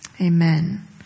Amen